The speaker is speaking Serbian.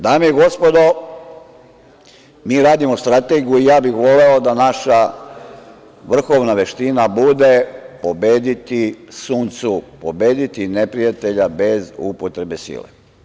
Dame i gospodo, mi radimo strategiju i ja bih voleo da naša vrhovna veština bude - pobediti, Sun Cu, pobediti neprijatelja bez upotrebe sile.